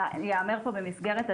וייאמר פה במסגרת הדיון,